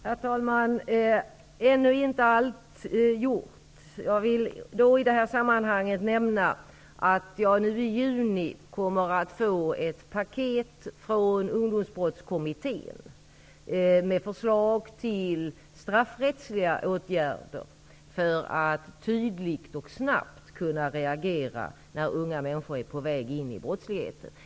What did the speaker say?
Herr talman! Ännu är inte allt gjort, Kjell Eldensjö. I det här sammanhanget vill jag nämna att jag i juni från Ungdomsbrottskommittén kommer att få ett paket med förslag till straffrättsliga åtgärder för att tydligt och snabbt kunna reagera när unga människor är på väg in i brottslighet.